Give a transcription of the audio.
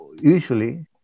Usually